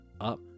up